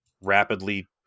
rapidly